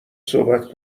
صحبت